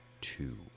two